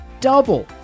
double